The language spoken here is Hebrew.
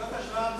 וזאת השוואה בסדר.